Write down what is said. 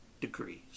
degrees